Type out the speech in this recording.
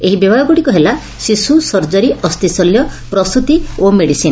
ଏହି ବିଭାଗୁଡ଼ିକ ହେଲା ଶିଶୁ ସର୍ଜରୀ ଅସ୍ଚି ଶଲ୍ୟ ପ୍ରସ୍ତି ଓ ମେଡିସିନ୍